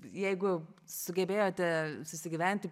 jeigu sugebėjote susigyventi